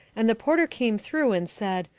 and the porter came through and said,